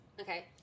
Okay